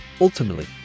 ultimately